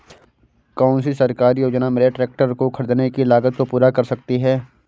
कौन सी सरकारी योजना मेरे ट्रैक्टर को ख़रीदने की लागत को पूरा कर सकती है?